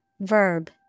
verb